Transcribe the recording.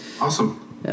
Awesome